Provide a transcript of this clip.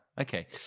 Okay